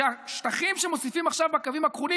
שהשטחים שמוסיפים עכשיו בקווים הכחולים